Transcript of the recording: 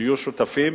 שיהיו שותפים.